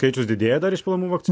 skaičius didėja dar išpilamų vakcinų